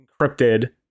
encrypted